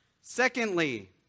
Secondly